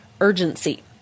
Urgency